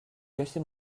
cassé